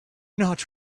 not